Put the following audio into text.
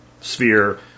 sphere